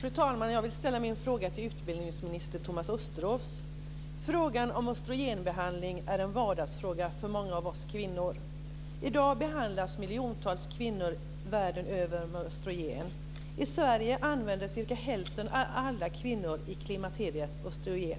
Fru talman! Jag vill ställa min fråga till utbildningsminister Thomas Östros. Frågan om östrogenbehandling är en vardagsfråga för många av oss kvinnor. I dag behandlas miljontals kvinnor världen över med östrogen. I Sverige använder ca hälften av alla kvinnor i klimakteriet östrogen.